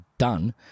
done